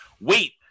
wait